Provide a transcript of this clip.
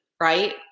right